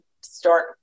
start